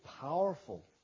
powerful